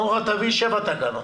ביקשנו ממך להביא שבע תקנות.